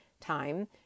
time